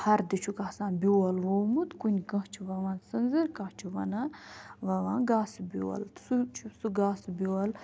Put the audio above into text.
ہردٕ چھُکھ آسان بیول وومُت کُنہِ کانٛہہ چھ ووان سٕنٛزٕر کُنہِ چھِ ونان ووان گاسہٕ بیول سُہ چھِ سُہ گاسہٕ بیول